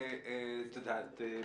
את יודעת,